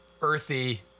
earthy